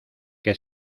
que